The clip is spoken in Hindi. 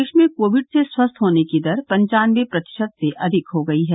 देश में कोविड से स्वस्थ होने की दर पंचानवे प्रतिशत से अधिक हो गई है